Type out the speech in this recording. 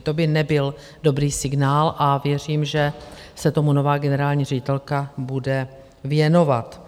To by nebyl dobrý signál a věřím, že se tomu nová generální ředitelka bude věnovat.